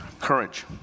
Courage